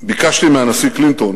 ביקשתי מהנשיא קלינטון